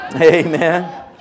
Amen